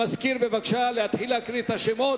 המזכיר, בבקשה להתחיל לקרוא את השמות.